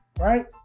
Right